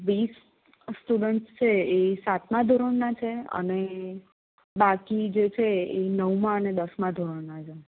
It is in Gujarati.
વીસ સ્ટુડન્ટ્સ છે એ સાતમા ધોરણના છે અને બાકી જે છે એ નવમા અને દસમા ધોરણના છે